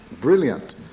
brilliant